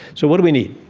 so what do we need?